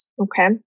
Okay